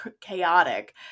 chaotic